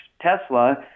Tesla